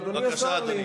בבקשה, אדוני.